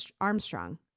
Armstrong